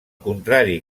contrari